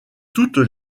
toutes